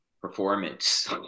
performance